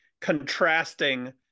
contrasting